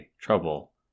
trouble